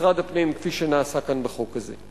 משרד הפנים כפי שנעשה כאן בחוק הזה.